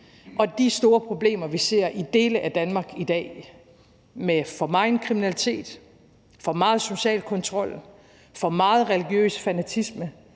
Og de store problemer, vi ser i dele af Danmark i dag, med for meget kriminalitet, for meget social kontrol, for meget religiøs fanatisme